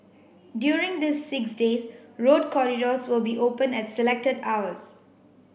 during these six days road corridors will be open at selected hours